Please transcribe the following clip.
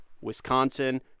Wisconsin